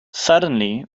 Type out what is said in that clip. suddenly